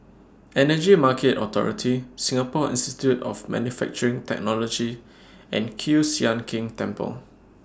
Energy Market Authority Singapore Institute of Manufacturing Technology and Kiew Sian King Temple